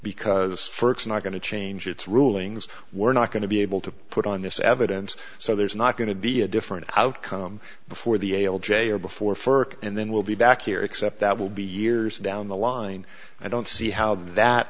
because not going to change its rulings we're not going to be able to put on this evidence so there's not going to be a different outcome before the ael j or before ferk and then we'll be back here except that will be years down the line i don't see how that